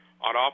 on